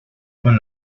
con